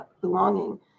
Belonging